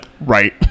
Right